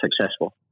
successful